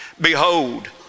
Behold